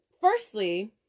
Firstly